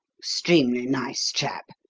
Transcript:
extremely nice chap.